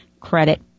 credit